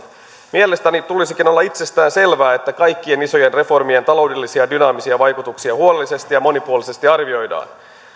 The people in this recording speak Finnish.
mielestäni tulisikin olla itsestäänselvää että kaikkien isojen reformien taloudellisia ja dynaamisia vaikutuksia huolellisesti ja monipuolisesti arvioidaan